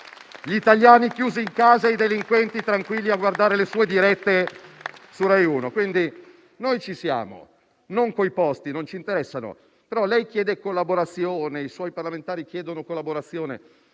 Gli italiani chiusi in casa e i delinquenti tranquilli a guardare le sue dirette su Rai 1! Quindi, noi ci siamo, non per i posti, che non ci interessano. Lei e i suoi parlamentari chiedete collaborazione,